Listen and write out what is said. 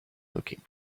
looking